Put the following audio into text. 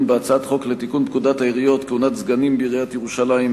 בהצעת חוק לתיקון פקודת העיריות (כהונת סגנים בעיריית ירושלים),